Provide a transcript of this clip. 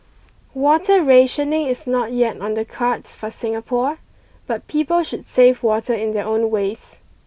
water rationing is not yet on the cards for Singapore but people should save water in their own ways